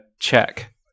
check